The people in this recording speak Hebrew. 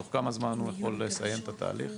תוך כמה זמן הוא יכול לסיים את התהליך.